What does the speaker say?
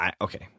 okay